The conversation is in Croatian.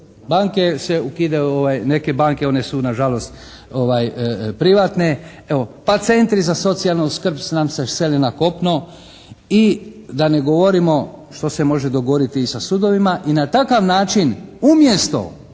banke se ukidaju, neke banke, one su nažalost privatne, evo, pa centri za socijalnu skrb nam se sele na kopno. I da ne govorimo što se može dogoditi sa sudovima. I na takav način umjesto